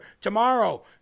tomorrow